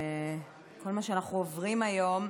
כל מה שאנחנו עוברים היום,